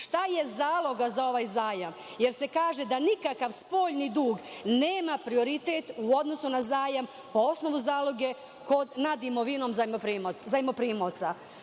šta je zaloga za ovaj zajam jer se kaže da nikakav spoljni dug nema prioritet u odnosu na zajam po osnovu zaloge nad imovinom zajmoprimca.